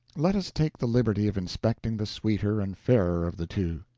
let us take the liberty of inspecting the sweeter and fairer of the two.